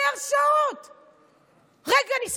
אני לא